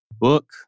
Book